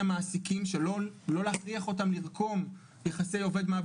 למעסיקים שלא הכריח אותם לרקום יחסי עובד-מעביד